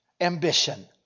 ambition